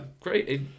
Great